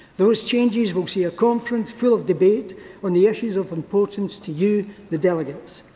those changes will see a conference full of debate on the issues of importance to you, the delegates.